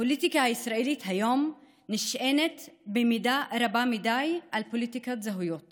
הפוליטיקה הישראלית היום נשענת במידה רבה מדי על פוליטיקת זהויות